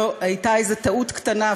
הייתה איזו טעות קטנה,